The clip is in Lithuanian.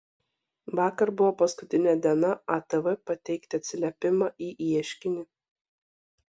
vakar buvo paskutinė diena atv pateikti atsiliepimą į ieškinį